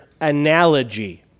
analogy